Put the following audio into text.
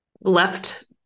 left